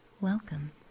welcome